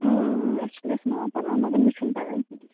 اَسہِ چھِ لیٚکھناوان پَرٕناوان مگر مےٚ چھُنہٕ تگان کیٚنہہ